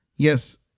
Yes